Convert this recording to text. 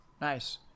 Nice